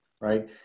right